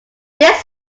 this